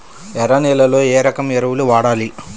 ఎర్ర నేలలో ఏ రకం ఎరువులు వాడాలి?